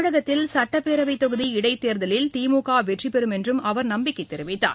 தமிழகத்தில் சட்டப்பேரவைதொகுதி இடைத்தேர்தலில் திமுக வெற்றி பெறும் என்று அவர் நம்பிக்கை தெரிவித்தார்